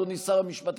אדוני שר המשפטים,